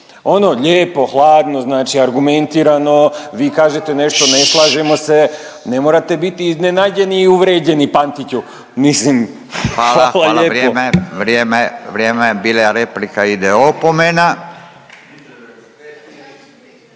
Ono lijepo, hladno znači argumentirano, vi kažete nešto ne slažemo se, ne morate biti iznenađeni i uvređeni Pantiću mislim. …/Upadica Furio Radin: Hvala, hvala, vrijeme, vrijeme./… Hvala lijepo.